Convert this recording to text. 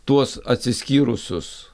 tuos atsiskyrusius